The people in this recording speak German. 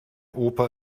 opa